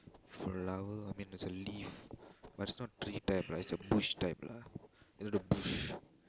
flower I mean there's a leaf but it's not tree type lah it's a bush type lah you know the bush